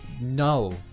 No